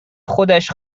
خودش